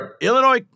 Illinois